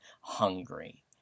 hungry